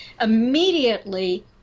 immediately